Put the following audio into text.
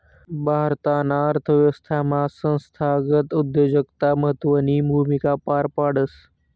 भारताना अर्थव्यवस्थामा संस्थागत उद्योजकता महत्वनी भूमिका पार पाडस